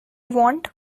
want